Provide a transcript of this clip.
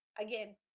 again